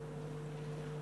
ההצעה להעביר את